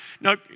now